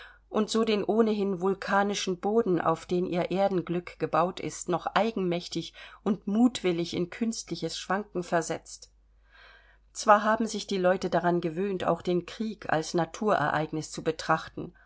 und so den ohnehin vulkanischen boden auf den ihr erdenglück gebaut ist noch eigenmächtig und mutwillig in künstliches schwanken versetzt zwar haben sich die leute daran gewöhnt auch den krieg als naturereignis zu betrachten